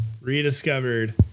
rediscovered